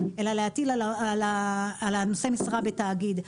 אלא להטיל על הנושא משרה בתאגיד.